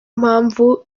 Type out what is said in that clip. mpamvu